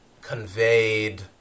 conveyed